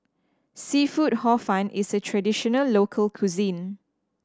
seafood Hor Fun is a traditional local cuisine